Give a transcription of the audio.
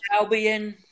Albion